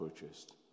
purchased